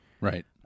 Right